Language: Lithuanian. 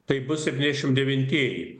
taip bus ir dvidešimt devintieji